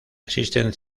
existen